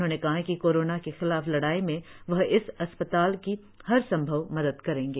उन्होंने कहा कि कोरोना के खिलाफ लड़ाई में वह इस अस्पताल की हर संभव मदद करेंगे